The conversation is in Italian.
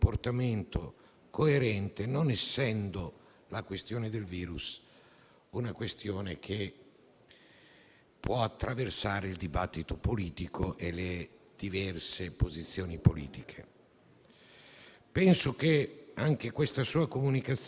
si poteva evitare il siparietto di ieri, ma questo è un altro discorso e vale per tutti: vale per chi l'ha fatto e vale per chi ha causato quel siparietto.